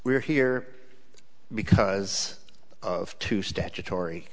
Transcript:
are here because of two statutory